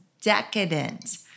decadent